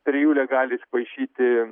trijulę gali įsipaišyti